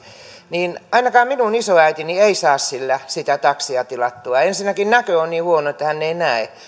niin ainakaan minun isoäitini ei saa sillä sitä taksia tilattua ensinnäkin näkö on niin huono että hän ei näe